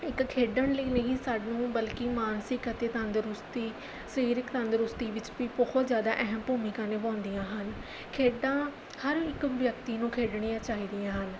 ਇੱਕ ਖੇਡਣ ਲਈ ਨਹੀਂ ਸਾਨੂੰ ਬਲਕਿ ਮਾਨਸਿਕ ਅਤੇ ਤੰਦਰੁਸਤੀ ਸਰੀਰਕ ਤੰਦਰੁਸਤੀ ਵਿੱਚ ਵੀ ਬਹੁਤ ਜ਼ਿਆਦਾ ਅਹਿਮ ਭੂਮਿਕਾ ਨਿਭਾਉਂਦੀਆਂ ਹਨ ਖੇਡਾਂ ਹਰ ਇੱਕ ਵਿਅਕਤੀ ਨੂੰ ਖੇਡਣੀਆਂ ਚਾਹੀਦੀਆਂ ਹਨ